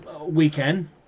weekend